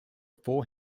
four